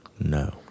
No